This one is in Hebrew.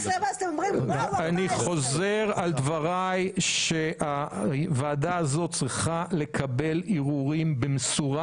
אני חוזר על דבריי שהוועדה הזאת צריכה לקבל ערעורים במסורה